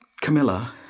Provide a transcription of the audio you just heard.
Camilla